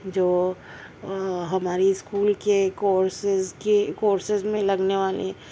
جو ہمارے اسکول کے کورسیز کے کورسیز میں لگنے والے